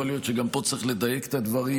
יכול להיות שגם פה צריך לדייק את הדברים,